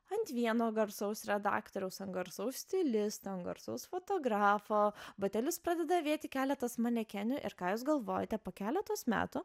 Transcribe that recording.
ant vieno garsaus redaktoriaus ant garsaus stilisto ant garsaus fotografo batelius pradeda avėti keletas manekenių ir ką jūs galvojate po keleto metų